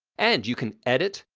and you can edit,